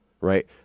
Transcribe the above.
right